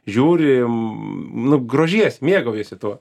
žiūri m nu grožiesi mėgaujiesi tuo